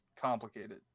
complicated